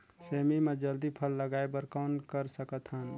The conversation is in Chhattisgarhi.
सेमी म जल्दी फल लगाय बर कौन कर सकत हन?